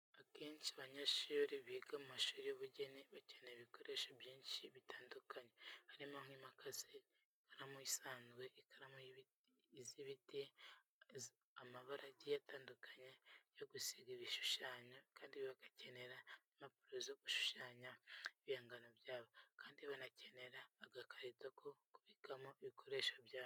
Akenshi abanyeshuri biga mu mashuri y'ubugeni bakenera ibikoresho byinshi bitandukanye harimo nk'imikasi, ikaramu isanzwe n'ikaramu z'ibiti, amabara agiye atandukanye yo gusiga ibishushanyo kandi bagakenera n'impapuro zo gushushanyaho ibihangano byabo kandi bakanakenera agakarito ko kubikamo ibikoresho byabo.